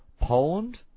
Poland